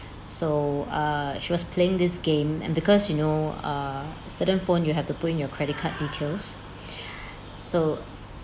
so err she was playing this game and because you know uh certain phone you have to put in your credit card details so